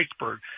iceberg